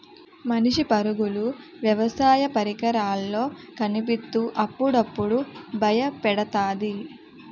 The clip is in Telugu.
మనిషి పరుగులు వ్యవసాయ పరికరాల్లో కనిపిత్తు అప్పుడప్పుడు బయపెడతాది